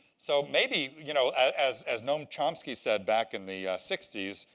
so maybe, you know as as noam chomsky said back in the sixty s,